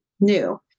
new